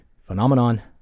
phenomenon